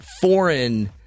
foreign